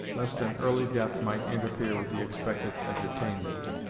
lest an early death might interfere with the expected entertainment.